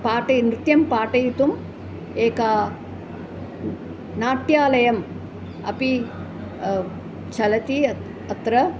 पाटयन् नृत्यं पाठयितुम् एकं नाट्यालयम् अपि चलति अत्र